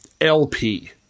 LP